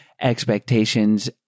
expectations